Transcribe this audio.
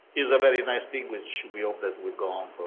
is a very nice thing which we hope will go on